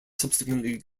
subsequently